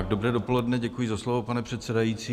Dobré dopoledne, děkuji za slovo, pane předsedající.